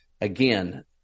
again